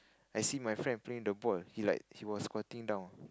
I see my friend playing the ball he like he was squatting down